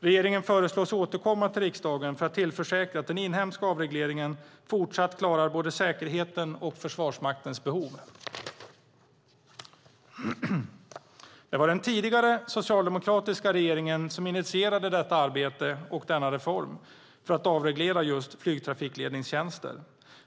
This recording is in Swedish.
Regeringen föreslås återkomma till riksdagen för att tillförsäkra att den inhemska avregleringen fortsatt klarar både säkerheten och Försvarsmaktens behov. Det var den tidigare socialdemokratiska regeringen som initierade detta arbete och denna reform för att avreglera flygtrafikledningstjänsten.